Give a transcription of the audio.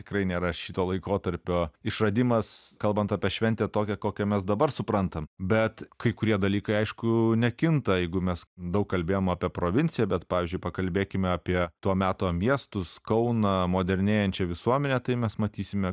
tikrai nėra šito laikotarpio išradimas kalbant apie šventę tokią kokią mes dabar suprantam bet kai kurie dalykai aišku nekinta jeigu mes daug kalbėjom apie provinciją bet pavyzdžiui pakalbėkime apie to meto miestus kauną modernėjančią visuomenę tai mes matysime